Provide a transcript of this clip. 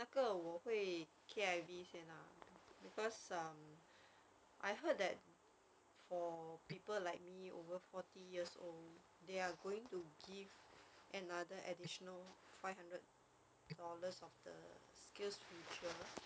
那个我会 K_I_V 先 lah because um I heard that for people like me over forty years old they are going to give another additional five hundred dollars of the skills future